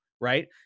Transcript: right